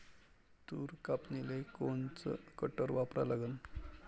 तूर कापनीले कोनचं कटर वापरा लागन?